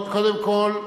קודם כול,